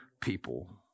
people